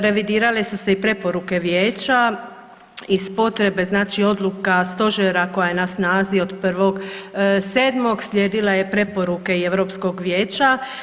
Revidirale su se i preporuke Vijeća iz potrebe znači odluka stožera koja je na snazi od 1. 7. slijedila je preporuke i Europskog vijeća.